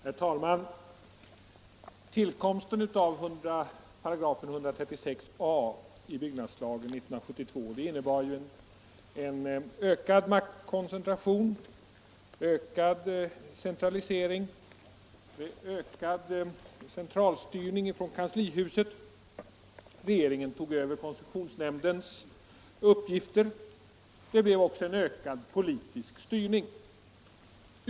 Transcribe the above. Herr talman! Tillkomsten av 136 a § i byggnadslagen år 1972 innebar en ökad maktkoncentration, ökad centralisering, ökad centralstyrning från kanslihuset. Regeringen tog över koncessionsnämndens uppgifter. Det blev också en ökad politisk styrning.